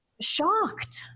shocked